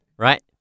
right